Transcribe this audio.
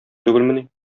түгелмени